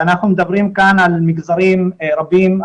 אנחנו מדברים כאן על מגזרים רבים,